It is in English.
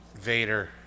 Vader